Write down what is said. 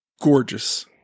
gorgeous